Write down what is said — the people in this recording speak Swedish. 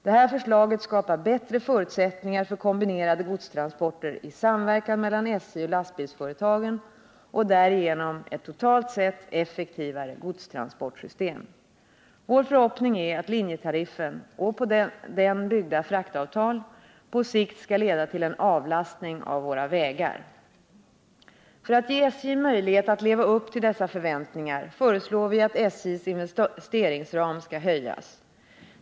Det här förslaget skapar bättre förutsättningar för kombinerade godstransporter i samverkan mellan SJ och lastbilsföretagen och därigenom ett totalt sett effektivare godstransportsystem. Vår förhoppning är att linjetariffen, och på den byggda fraktavtal, på sikt skall leda till en avlastning av våra vägar. För att ge SJ möjlighet att leva upp till dessa förväntningar föreslår vi att SJ:s investeringsram skall höjas.